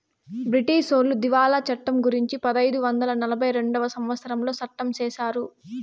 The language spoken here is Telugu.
బ్రిటీసోళ్లు దివాళా చట్టం గురుంచి పదైదు వందల నలభై రెండవ సంవచ్చరంలో సట్టం చేశారు